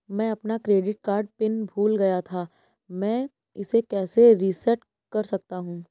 मैं अपना credit card pin भूल गया था मैं इसे कैसे रीसेट कर सकता हूँ?